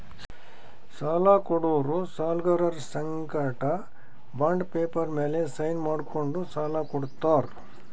ಸಾಲ ಕೊಡೋರು ಸಾಲ್ಗರರ್ ಸಂಗಟ ಬಾಂಡ್ ಪೇಪರ್ ಮ್ಯಾಲ್ ಸೈನ್ ಮಾಡ್ಸ್ಕೊಂಡು ಸಾಲ ಕೊಡ್ತಾರ್